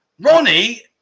Ronnie